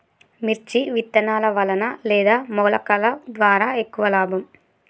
మిర్చి విత్తనాల వలన లేదా మొలకల ద్వారా ఎక్కువ లాభం?